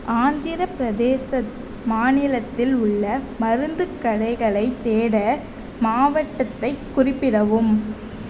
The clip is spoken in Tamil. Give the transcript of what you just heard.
ஆந்திர பிரதேச மாநிலத்தில் உள்ள மருந்துக் கடைகளை தேட மாவட்டத்தைக் குறிப்பிடவும்